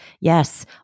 Yes